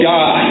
God